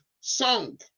song